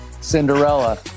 Cinderella